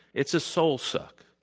it's a soul suck.